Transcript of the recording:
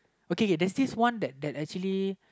okay okay there's this one that that actually